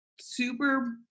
super